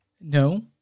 No